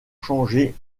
changé